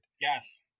Yes